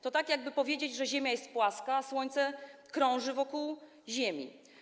To tak, jakby powiedzieć, że Ziemia jest płaska, a Słońce krąży wokół Ziemi.